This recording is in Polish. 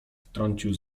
wtrącił